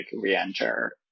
re-enter